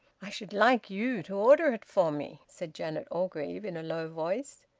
i should like you to order it for me, said janet orgreave in a low voice.